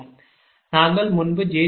நாங்கள் முன்பு jj 12